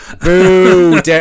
Boo